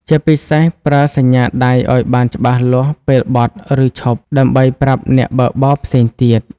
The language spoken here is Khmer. ជាពិសេស ប្រើសញ្ញាដៃឲ្យបានច្បាស់លាស់ពេលបត់ ឬឈប់ ដើម្បីប្រាប់អ្នកបើកបរផ្សេងទៀត។